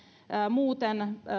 muuten